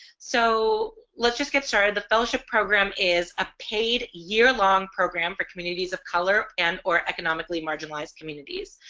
so let's just get started the fellowship program is a paid year-long program for communities of color and or economically marginalized communities.